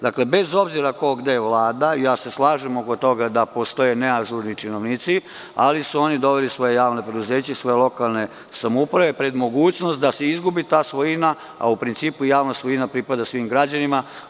Dakle, bez obzira gde ko vlada, slažem se oko toga da postoje neažurni činovnici, ali su oni doveli svoja javna preduzeća i svoje lokalne samouprave pred mogućnost da se izgubi ta svojina, a u principu javna svojina pripada svim građanima.